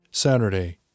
Saturday